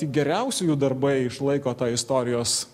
tik geriausiųjų darbai išlaiko tą istorijos